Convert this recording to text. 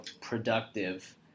productive